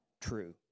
true